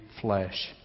flesh